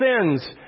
sins